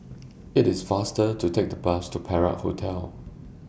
IT IS faster to Take The Bus to Perak Hotel